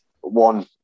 one